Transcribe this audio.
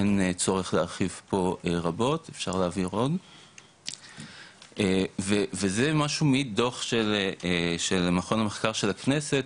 אין צורך להרחיב פה רבות וזה מה שמעיד דוח של מכון המחקר של הכנסת,